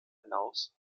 hinaus